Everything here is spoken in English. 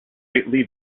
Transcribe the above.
lightly